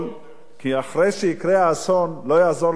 כי אחרי שיקרה אסון לא יעזור לאף אחד,